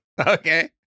Okay